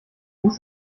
musst